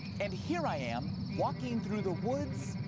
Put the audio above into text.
and here i am walking through the woods.